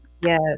yes